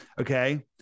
Okay